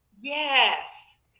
Yes